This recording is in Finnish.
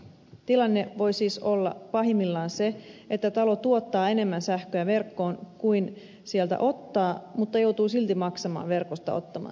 tilanne voi siis olla pahimmillaan se että talo tuottaa enemmän sähköä verkkoon kuin sieltä ottaa mutta joutuu silti maksamaan verkosta ottamansa sähkön